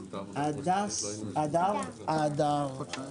הנושא הזה נידון בוועדת הכלכלה מספר פעמים לאור בקשת הממשלה בעצם